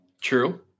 True